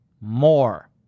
more